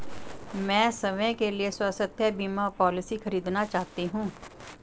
मैं स्वयं के लिए स्वास्थ्य बीमा पॉलिसी खरीदना चाहती हूं